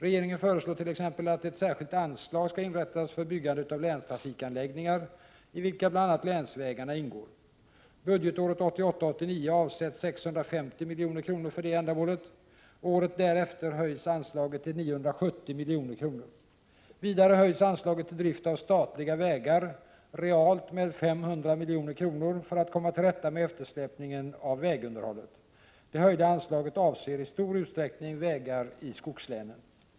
Regeringen föreslårt, ex. att ett särskilt anslag skall inrättas för byggande av länstrafikanläggningar, i vilka bl.a. länsvägarna ingår. Budgetåret 1988/89 avsätts 650 milj.kr. för detta ändamål. Året därefter höjs anslaget till 970 milj.kr. Vidare höjs anslaget till drift av statliga vägar realt med 500 milj.kr. för att komma till rätta med eftersläpningen beträffande vägunderhållet. Det höjda anslaget avser i stor utsträckning vägar i skogslänen.